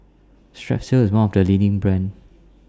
Strepsils IS one of The leading brands